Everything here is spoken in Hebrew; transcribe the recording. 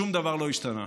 שום דבר לא השתנה.